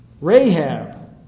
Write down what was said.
Rahab